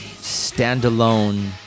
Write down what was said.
standalone